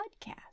podcast